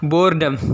Boredom